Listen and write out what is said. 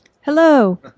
Hello